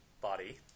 body